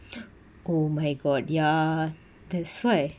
oh my god ya that's why